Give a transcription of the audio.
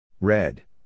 Red